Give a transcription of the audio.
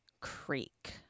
Creek